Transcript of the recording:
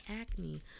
acne